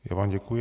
Já vám děkuji.